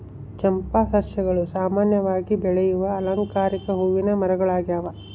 ಚಂಪಾ ಸಸ್ಯಗಳು ಸಾಮಾನ್ಯವಾಗಿ ಬೆಳೆಯುವ ಅಲಂಕಾರಿಕ ಹೂವಿನ ಮರಗಳಾಗ್ಯವ